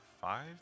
Five